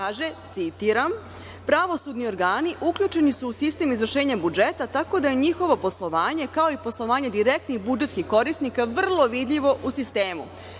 citiram,